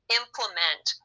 implement